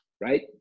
right